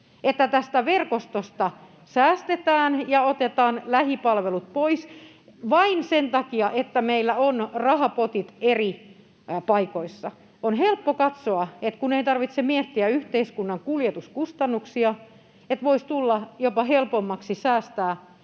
että tästä verkostosta säästetään ja otetaan lähipalvelut pois vain sen takia, että meillä on rahapotit eri paikoissa. On helppo katsoa, kun ei tarvitse miettiä yhteiskunnan kuljetuskustannuksia, että voisi tulla jopa helpommaksi säästää